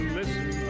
listen